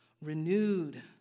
renewed